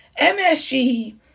MSG